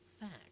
fact